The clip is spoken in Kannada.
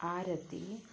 ಆರತಿ